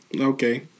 Okay